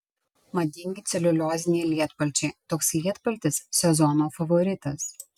madingi celiulioziniai lietpalčiai toks lietpaltis sezono favoritas